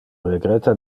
regretta